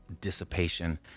dissipation